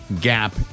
gap